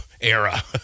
era